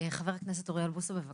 חבר הכנסת אוריאל בוסו, בבקשה.